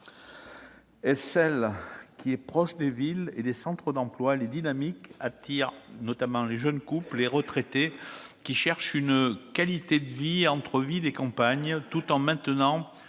La première est proche des villes et des centres d'emploi, elle est dynamique, elle attire notamment les jeunes couples et les retraités qui cherchent une qualité de vie entre ville et campagne, tout en maintenant